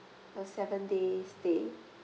a seven days' stay